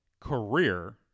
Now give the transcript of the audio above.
career